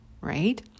right